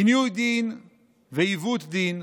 עינוי דין ועיוות דין,